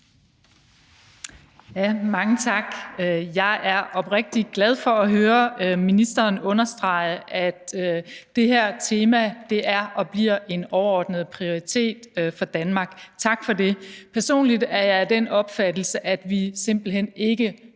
(V): Mange tak. Jeg er oprigtigt glad for at høre ministeren understrege, at det her tema er og bliver en overordnet prioritering for Danmark – tak for det. Personligt er jeg af den opfattelse, at vi simpelt hen ikke når